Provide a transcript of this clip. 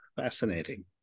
Fascinating